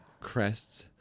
crests